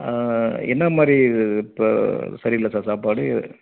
என்ன மாதிரி இப்போ சரியில்லை சார் சாப்பாடு